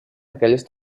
aquelles